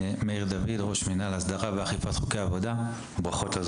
אני מאיר דוד, ראש מנהל הסדרה ואכיפת חוקי עבודה.